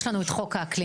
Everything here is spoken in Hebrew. יש לנו את חוק האקלים.